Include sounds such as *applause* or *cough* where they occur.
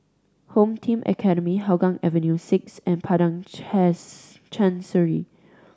Home Team Academy Hougang Avenue Six and Padang *unintelligible* Chancery